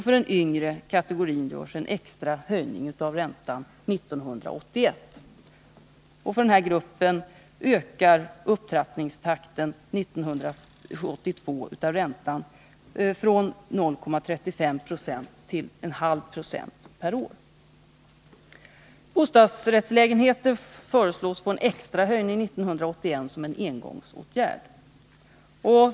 För den yngre kategorin görs en extra höjning av räntan 1981. För dessa småhus ökar upptrappningstakten av räntan år 1982 från 0,35 20 till 0,5 96 per år. Bostadsrättslägenheter föreslås få en extra höjning 1981 som en engångsåtgärd.